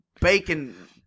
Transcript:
Bacon